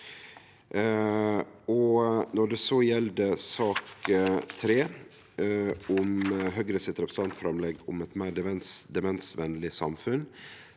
Når det så gjeld sak 3, om Høgres representantframlegg om eit meir demensvenleg samfunn,